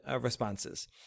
responses